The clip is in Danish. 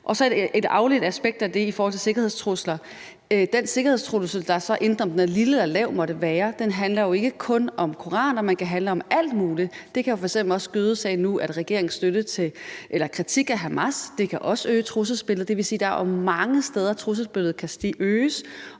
Så til et afledt aspekt i forhold til det med sikkerhedstrusler. Den sikkerhedstrussel, der så måtte være, enten den er lille eller lav, handler jo ikke kun om koraner, men kan handle om alt muligt. Det kan f.eks. også gøde sagen nu med regeringens kritik af Hamas, det kan også øge trusselsbilledet. Det vil sige, at der jo er mange steder, hvor trusselsbilledet kan øges.